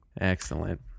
Excellent